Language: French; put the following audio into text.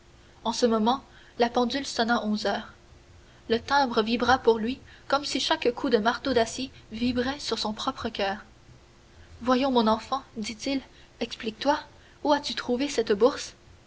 en ce moment la pendule sonna onze heures le timbre vibra pour lui comme si chaque coup de marteau d'acier vibrait sur son propre coeur voyons mon enfant dit-il explique-toi où as-tu trouvé cette bourse